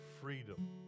Freedom